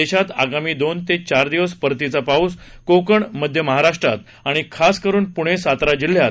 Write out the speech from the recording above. देशात आगामी दोन ते चार दिवस परतीचा पाऊस कोकण मध्य महाराष्ट्रात आणि खास करून पुणे सातारा जिह्यात